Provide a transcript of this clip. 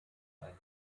ein